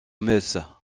meuse